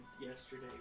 yesterday